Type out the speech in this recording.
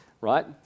right